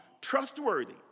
Trustworthy